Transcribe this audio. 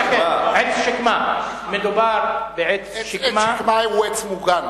עץ שקמה הוא עץ מוגן